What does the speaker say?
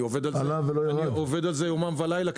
אני עובד על זה יומם ולילה,